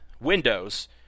windows